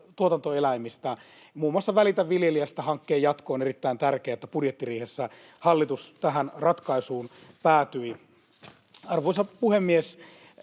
tuotantoeläimistä. Muun muassa Välitä viljelijästä ‑hankkeen jatko on erittäin tärkeä, ja budjettiriihessä hallitus tähän ratkaisuun päätyi. Arvoisa puhemies!